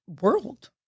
world